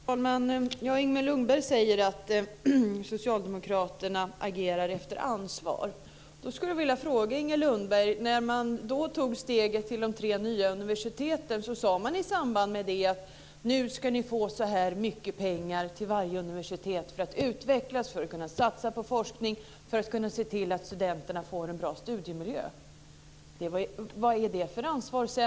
Fru talman! Inger Lundberg säger att Socialdemokraterna agerar med ansvar. Då skulle jag vilja ställa en fråga till Inger Lundberg. När man tog steget till de tre nya universiteten sade man: Nu ska ni få så här mycket pengar till varje universitet för att kunna utvecklas, satsa på forskning och se till att studenterna får en bra studiemiljö. Vad är det för ansvar?